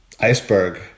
iceberg